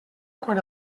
quan